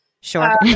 Sure